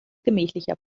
gemächlicher